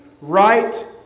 Right